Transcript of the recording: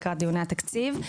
לקראת דיוני התקציב.